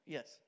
Yes